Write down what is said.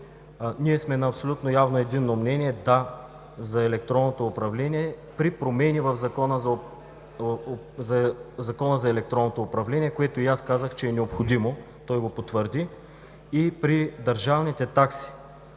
Ние сме на абсолютно явно единно мнение – „да“ за електронното управление при промени в Закона за електронното управление, което и аз казах, че е необходимо, той го потвърди и при държавните такси.